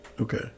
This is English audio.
Okay